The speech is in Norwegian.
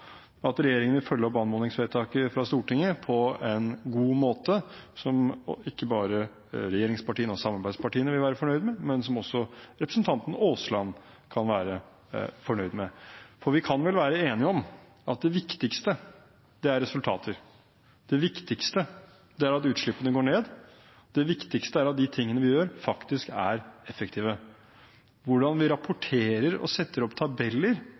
at regjeringen vil følge opp anmodningsvedtaket fra Stortinget på en god måte, som ikke bare regjeringspartiene og samarbeidspartiene vil være fornøyd med, men som også representanten Aasland kan være fornøyd med. For vi kan vel være enige om at det viktigste er resultater, det viktigste er at utslippene går ned, og det viktigste er at de tingene vi gjør, faktisk er effektive. Hvordan vi rapporterer og setter opp tabeller,